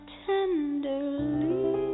tenderly